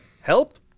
help